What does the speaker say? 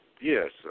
Yes